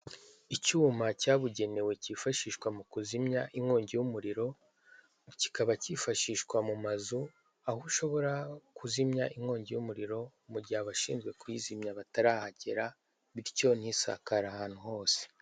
Icyuma cyabugenewe cyifashishwa mu kuzimya inkongi y'umuriro, kikaba cyifashishwa mu mazu, aho ushobora kuzimya inkongi y'umuriro mu gihe abashinzwe kuyizimya batarahagera, bityo ntisakare ahantu hose.